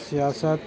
سیاست